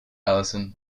ellison